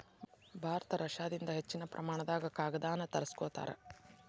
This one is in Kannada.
ಭಾರತ ರಷ್ಯಾದಿಂದ ಹೆಚ್ಚಿನ ಪ್ರಮಾಣದಾಗ ಕಾಗದಾನ ತರಸ್ಕೊತಾರ